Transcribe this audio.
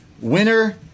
Winner